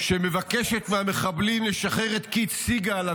שמבקשת מהמחבלים לשחרר את קית' סיגל,